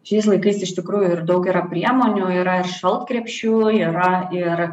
šiais laikais iš tikrųjų ir daug yra priemonių ir šaltkrepšių yra ir